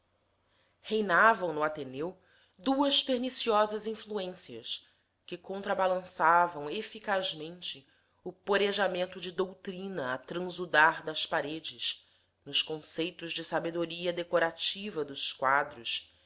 possíveis reinavam no ateneu duas perniciosas influências que contrabalançavam eficazmente o porejamento de doutrina a transudar das paredes nos conceitos de sabedoria decorativa dos quadros